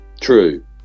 True